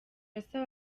asaba